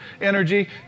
energy